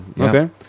okay